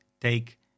take